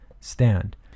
stand